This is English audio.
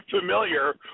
familiar